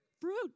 Fruit